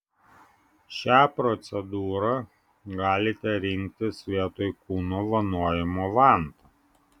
šią procedūrą galite rinktis vietoj kūno vanojimo vanta